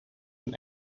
een